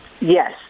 Yes